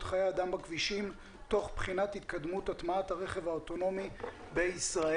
חיי אדם בכבישים תך בחינת התקדמות הטמעת הרכב האוטונומי בישראל.